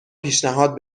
پیشنهاد